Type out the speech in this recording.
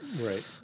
right